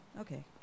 okay